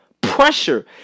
pressure